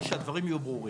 או שהדברים יהיו ברורים.